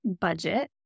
budget